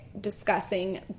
discussing